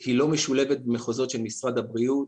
היא לא משולבת במחוזות של משרד הבריאות.